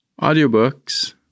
Audiobooks